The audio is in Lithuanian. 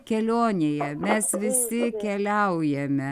kelionėje mes visi keliaujame